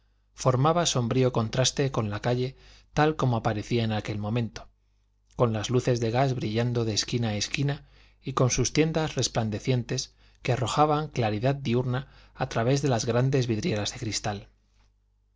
formaba sombrío contraste con la calle tal como aparecía en aquel momento con las luces de gas brillando de esquina a esquina y con sus tiendas resplandecientes que arrojaban claridad diurna a través de las grandes vidrieras de cristal